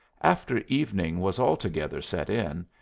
after evening was altogether set in,